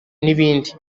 n’ibindi